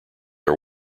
are